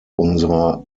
unserer